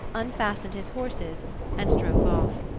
unfastened his horses and drove off.